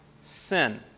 sin